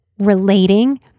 relating